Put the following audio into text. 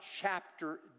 chapter